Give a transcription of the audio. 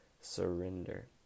surrender